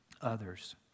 others